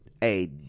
hey